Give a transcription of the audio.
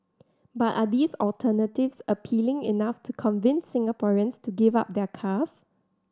but are these alternatives appealing enough to convince Singaporeans to give up their cars